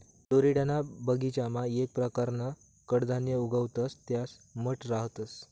फ्लोरिडाना बगीचामा येक परकारनं कडधान्य उगाडतंस त्या मठ रहातंस